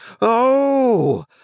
oh